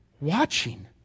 watching